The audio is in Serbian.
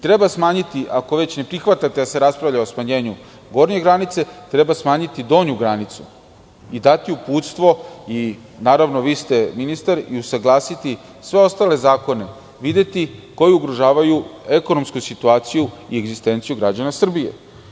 Treba smanjiti, ako već ne prihvatite da se raspravlja o smanjenju gornje granice, treba smanjiti donju granicu i dati uputstvo, vi ste ministar, i usaglasiti sve ostale zakone, videti, koji ugrožavaju ekonomsku situaciju i egzistenciju građana Srbije.